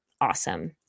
awesome